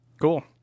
Cool